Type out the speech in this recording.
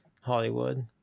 Hollywood